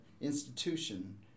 institution